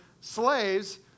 slaves